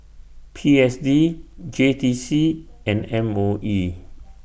P S D J T C and M O E